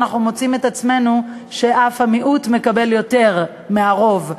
אנחנו מוצאים את עצמנו כשהמיעוט מקבל אף יותר מהרוב,